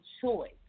choice